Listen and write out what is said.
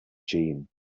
jeanne